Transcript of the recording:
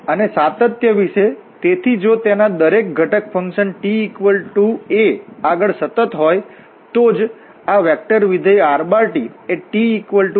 તેથી અને સાતત્ય વિશે તેથી જો તેના દરેક ઘટકફંકશન ta આગળ સતત હોય તો જ આ વેક્ટરવિધેય r એ ta આગળ સતત છે